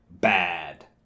bad